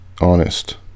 honest